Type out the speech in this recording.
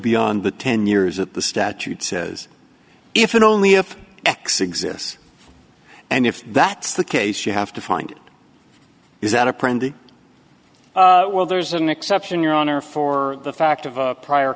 beyond the ten years at the statute says if and only if x exists and if that's the case you have to find is that a pretty well there's an exception your honor for the fact of a prior